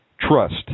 trust